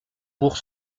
pour